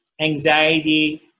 anxiety